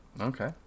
Okay